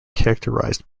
characterized